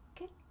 Okay